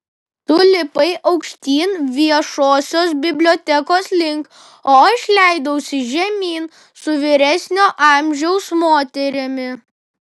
tu lipai aukštyn viešosios bibliotekos link o aš leidausi žemyn su vyresnio amžiaus moterimi